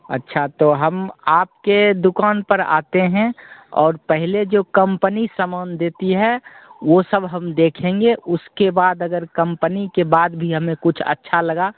अच्छा तो हम आपकी दुकान पर आते हैं और पहले जो कंपनी समान देती है वह सब हम देखेंगे उसके बाद अगर कंपनी के बाद भी हमें कुछ अच्छा लगा